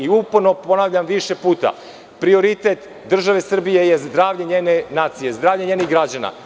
Uporno ponavljam više puta - prioritet države Srbije je zdravlje njene nacije, zdravlje njenih građana.